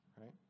Right